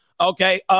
Okay